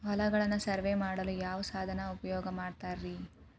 ಹೊಲಗಳನ್ನು ಸರ್ವೇ ಮಾಡಲು ಯಾವ ಸಾಧನ ಉಪಯೋಗ ಮಾಡ್ತಾರ ರಿ?